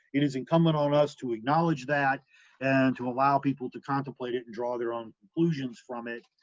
it is incumbent on us to acknowledge that and to allow people to contemplate it and draw their own conclusions from it,